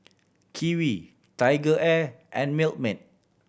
Kiwi TigerAir and Milkmaid